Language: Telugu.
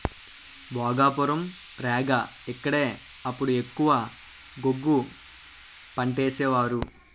భోగాపురం, రేగ ఇక్కడే అప్పుడు ఎక్కువ గోగు పంటేసేవారు